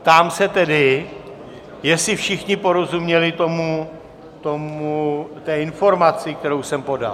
Ptám se tedy, jestli všichni porozuměli té informaci, kterou jsem podal.